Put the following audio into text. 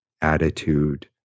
attitude